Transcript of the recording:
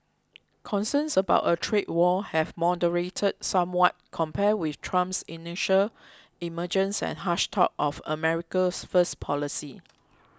concerns about a trade war have moderated somewhat compared with Trump's initial emergence and harsh talk of America first policy